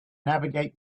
navigate